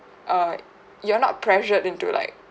err you're not pressured into like